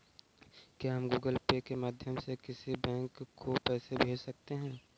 क्या हम Google Pay के माध्यम से किसी बैंक को पैसे भेज सकते हैं?